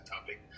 topic